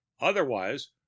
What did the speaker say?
Otherwise